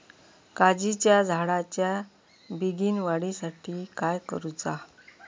काजीच्या झाडाच्या बेगीन वाढी साठी काय करूचा?